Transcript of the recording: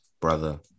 brother